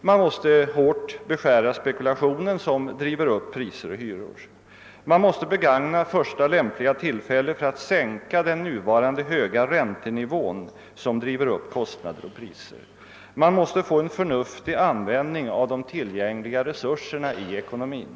Man måste hårt beskära spekulationen som driver upp priser och hyror. Man måste begagna första lämpliga tillfälle för att sänka den nuvarande höga räntenivån som driver upp kostnader och priser. Man måste få en förnuftig användning av de tillgängliga resurserna i ekonomin.